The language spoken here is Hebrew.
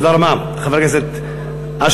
תודה רבה לחבר הכנסת אשר,